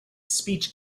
speech